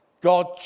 God